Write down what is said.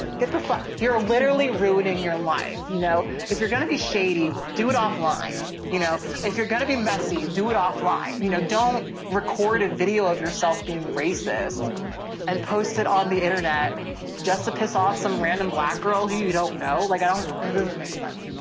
get the fuck you're ah literally ruining your life. you know, if you're going to be shady, do it offline. you know, if you're going to be messy, do it offline. you know, don't record a video of yourself being and posted on the internet just to piss off some random black girl who you don't know. like, i don't, it doesn't make sense.